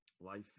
Life